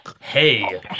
Hey